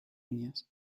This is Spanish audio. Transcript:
uñas